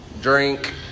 Drink